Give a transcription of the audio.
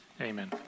amen